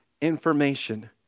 information